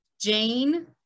Jane